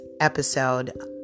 episode